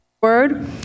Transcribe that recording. word